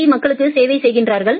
B மக்களுக்கு சேவை செய்கிறார்கள்